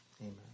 Amen